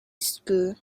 school